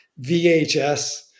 VHS